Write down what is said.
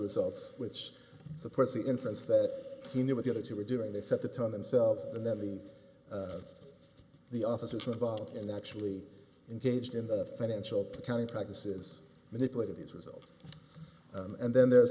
results which supports the inference that he knew what the other two were doing they set the tone themselves and then the the officers involved in actually engaged in the financial accounting practices manipulating these results and then there's